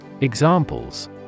Examples